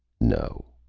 no.